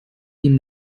ihm